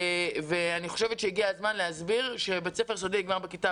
אני חושבת שהגיע הזמן להסביר שבית ספר נגמר בכיתה